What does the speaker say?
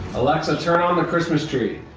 alexa turn on the christmas tree,